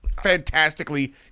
Fantastically